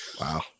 Wow